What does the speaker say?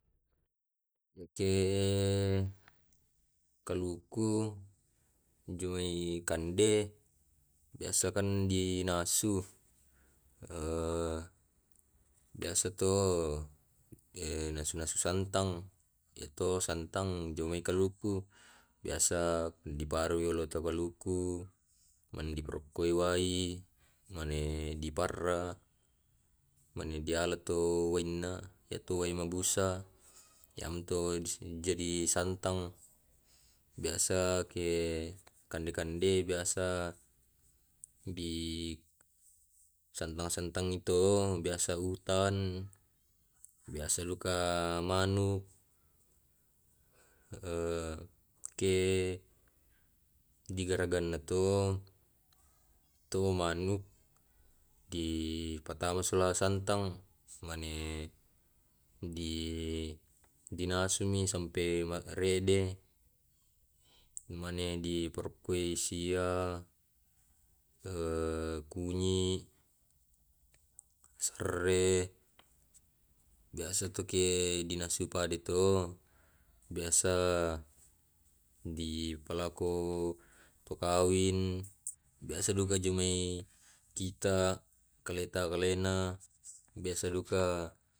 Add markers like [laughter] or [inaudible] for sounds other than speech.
Yake kaluku, joi kande biasakan dinasu, biasato nasu nasu santan, diparukitu yolokaluku, nai parokkoi wai, mani diparra manu diala tu wainna yatu wanna mabusa ya tu mancaji santan. Biasa utan biasa manu e ke digaraganna to to manuk dipatama silong santang. Dinasumi sampe rede, diparekkui sia, kunyi, serre, biasatu dipanusui pade tu biasa duka kita ko kalena. [unintelligible]